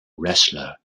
wrestler